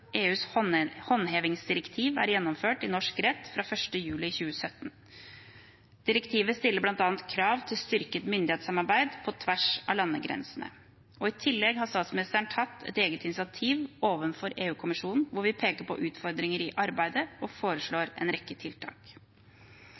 EUs håndhevingsdirektiv er gjennomført i norsk rett fra 1. juli 2017. Direktivet stiller bl.a. krav til styrket myndighetssamarbeid på tvers av landegrensene. I tillegg har statsministeren tatt et eget initiativ overfor EU-kommisjonen hvor vi peker på utfordringer i arbeidet og